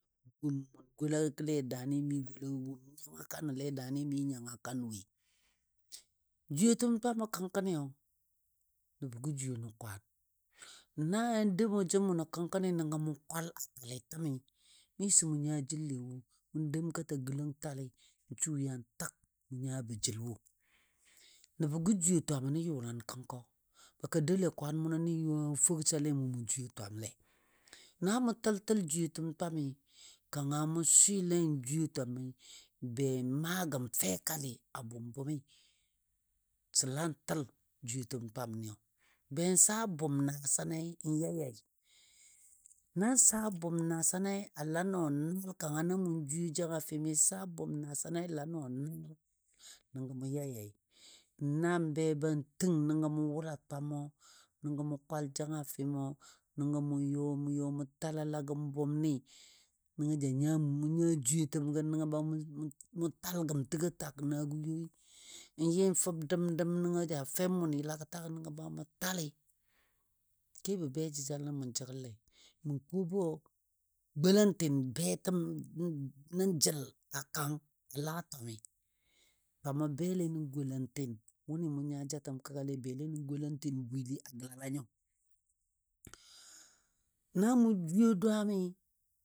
Wum mʊn golale a daani mi gola woi, wum mʊn nyanga kanole daani mi nyanga kan woi. Jwiyetəm twamɔ kəngkəni nəbə gə jwiyo nən kwan, na yɔ dou mou jə mʊnɔ ke mʊ kwal ta tali təmi miso mʊ nya jalle wo mʊn dəm katɔ gələng tali an su yan tək mʊ nayabɔ jəl wo. Nəbɔ ga jwiyo twamɔ nən yʊlan kəngkɔ ba ka doule kwan mʊno ya fogsale mou mu jwiye twamle, na mou təltəl jwiyetəm twami kanga mʊ swɨlen jwiye twami be maa gəm fekli a bʊm bʊmi, səlan tal jwiyetəm twamniyo. Ben saa bʊm nasanai n yayai na saa bʊm nasanai a la nɔ naal kangani mu jwiye jangafɨni, saa bʊm nasanai a la nɔ naal nəngɔ mu yayai. Nan be ban tang nəngɔ mʊ wʊla twamɔ, nəngɔ mʊ kwal jangafɨno nəngo mʊ yo mʊ yɔ ya mʊ talala gəm bʊm ni, nəngɔ ja nya mʊ nya jjwiyetəm gən mʊ tal gəm təgo tag naago yoi n yɨn fəb dəm dəm nəngɔ ja fɛm mʊn yɨlagɔ tak nəngɔ be mʊ tali kebɔ be jəjalən mʊ jəglei. Ma ko bɔ golan tin betəm nə jel kang la twami. Twamɔ belle nən golantin wʊnɨ mou nya jatəm kəggalei, belle nən golantin bwili a gəlala nyo na mou jwiye dwaami